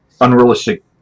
unrealistic